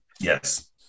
Yes